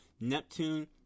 Neptune